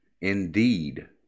indeed